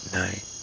night